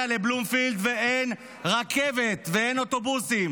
לבלומפילד ואין רכבת ואין אוטובוסים,